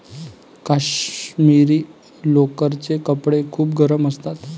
काश्मिरी लोकरचे कपडे खूप गरम असतात